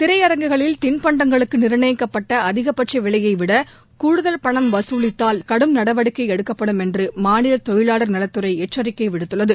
திரையரங்குகளில் தின்பண்டங்களுக்கு நிர்ணயிக்கப்பட்ட அதிகபட்ச விலையைவிட கூடுதல் பணம் வசூலித்தால் கடும் நடவடிக்கை எடுக்கப்படும் என்று மாநில தொழிலாளர் நலத்துறை எச்சரிக்கை விடுத்துள்ளது